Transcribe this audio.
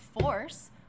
Force